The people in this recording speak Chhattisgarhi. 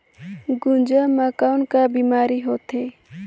गुनजा मा कौन का बीमारी होथे?